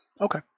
Okay